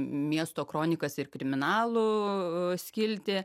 miesto kronikas ir kriminalų skiltį